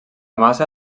massa